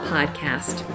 Podcast